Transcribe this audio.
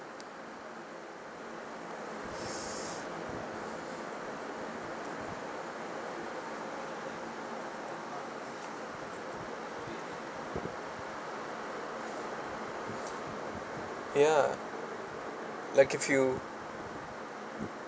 ya like if you